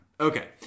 Okay